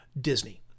Disney